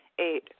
Eight